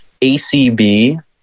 ACB